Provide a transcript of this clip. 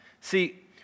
See